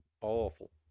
Awful